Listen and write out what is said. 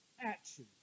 action